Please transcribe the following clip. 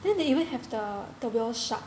then they even have the the whale shark